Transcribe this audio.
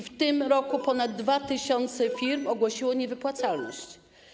W tym roku ponad 2 tys. firm ogłosiło niewypłacalność.